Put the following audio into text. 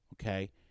okay